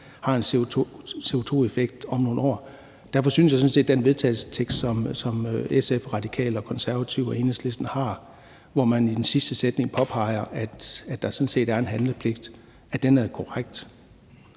har en CO2-effekt om nogle år, og derfor synes jeg sådan set, den vedtagelsestekst, som SF, Radikale, Konservative og Enhedslisten har, hvor man i den sidste sætning påpeger, at der er en handlepligt, er korrekt.